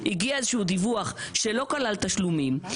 הגיע איזשהו דיווח שלא כלל תשלומים,